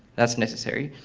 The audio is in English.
that's necessary.